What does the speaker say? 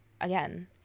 again